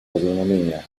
возобновления